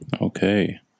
Okay